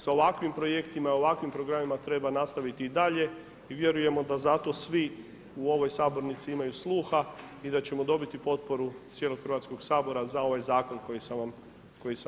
Sa ovakvim projektima i ovakvim programima treba nastaviti i dalje i vjerujemo da zato svi u ovoj sabornici imaju sluha i da ćemo dobiti potporu cijelog Hrvatskog sabora za ovaj zakon koji sam vam rekao.